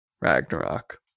Ragnarok